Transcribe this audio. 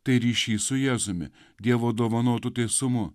tai ryšys su jėzumi dievo dovanotu teisumu